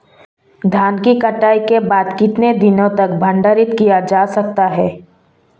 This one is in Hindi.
धान की कटाई के बाद कितने दिनों तक भंडारित किया जा सकता है?